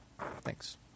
Thanks